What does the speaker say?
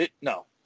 no